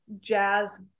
jazz